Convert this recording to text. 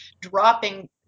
dropping